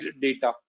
data